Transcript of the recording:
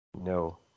No